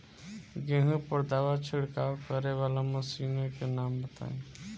गेहूँ पर दवा छिड़काव करेवाला मशीनों के नाम बताई?